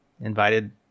invited